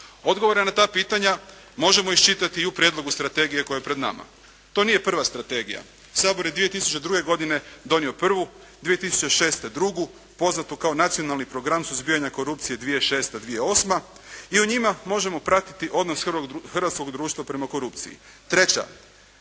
Odgovore na ta pitanja možemo iščitati i u prijedlogu strategije koja je pred nama. To nije prva strategija. Sabor je 2002. godine donio prvu, 2006. drugu poznatu kao Nacionalni program suzbijanja korupcije 2006.-2008. i u njima možemo pratiti odnos hrvatskog društva prema korupciji. Treća